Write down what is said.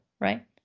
right